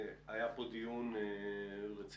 היה פה דיון רציני